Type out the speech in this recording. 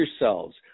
yourselves